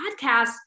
podcast